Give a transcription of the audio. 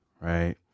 right